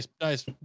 nice